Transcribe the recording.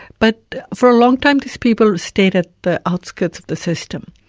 but for a long time these people stayed at the outskirts of the system.